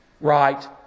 right